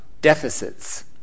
deficits